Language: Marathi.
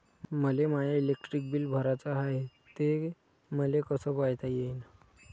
मले माय इलेक्ट्रिक बिल भराचं हाय, ते मले कस पायता येईन?